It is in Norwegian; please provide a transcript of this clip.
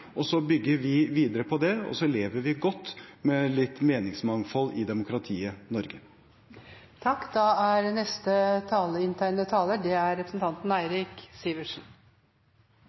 Så bygger vi videre på det, og så lever vi godt med litt meningsmangfold i demokratiet Norge. Replikkordskiftet er omme. De talere som heretter får ordet, har en taletid på inntil 3 minutter. Dette er